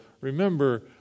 remember